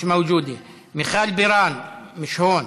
מיש מווג'ודה, מיכל בירן, מיש הון,